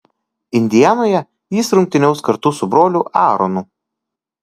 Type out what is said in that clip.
indianoje jis rungtyniaus kartu su broliu aaronu